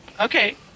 okay